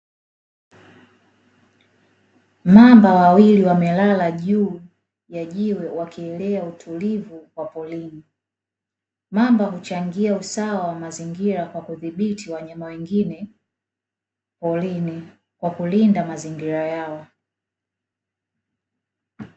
Mamba wawili wamelala juu ya jiwe wakielea utulivu wa porini. Mamba huchangia usawa wa mazingira kwa kudhibiti wanyama wengine porini kwa kulinda mazingira yao.